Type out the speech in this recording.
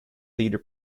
theater